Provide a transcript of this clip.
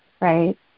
right